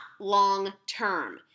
long-term